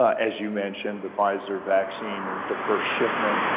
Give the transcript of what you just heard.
ah as you mentioned, the pfizer vaccine of the first shipment,